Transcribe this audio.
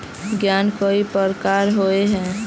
ऋण कई प्रकार होए है?